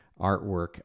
artwork